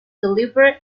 delivered